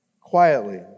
quietly